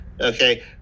Okay